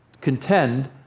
contend